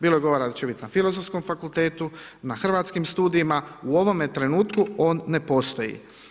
Bilo je govora da će biti na filozofskom fakultetu, na hrvatskim studijima, u ovome trenutku on ne postoji.